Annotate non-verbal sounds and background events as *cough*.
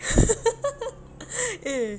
*laughs* eh